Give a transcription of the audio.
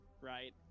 right